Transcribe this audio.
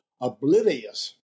oblivious